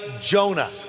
Jonah